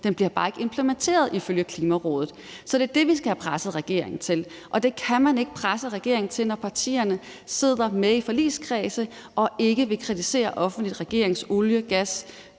den bliver bare ikke implementeret, ifølge Klimarådet. Så det er det, vi skal have presset regeringen til, og det kan man ikke presse regeringen til, når partierne sidder med i forligskredsen og ikke offentligt vil kritisere regeringens olie-, gas- og